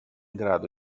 grado